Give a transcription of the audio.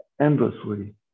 endlessly